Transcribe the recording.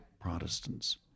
Protestants